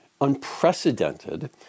unprecedented